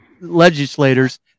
legislators